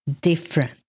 different